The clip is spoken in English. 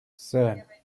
seven